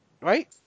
right